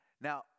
Now